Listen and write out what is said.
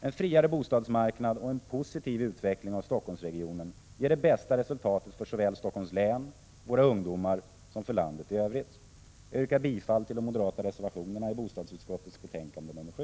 En friare bostadsmarknad och en positiv utveckling av Stockholmsregionen ger det bästa resultatet såväl för Stockholms län och våra ungdomar som för landet i övrigt. Jag yrkar bifall till de moderata reservationerna i bostadsutskottets betänkande 7.